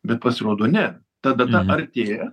bet pasirodo ne ta data artėja